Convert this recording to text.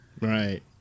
Right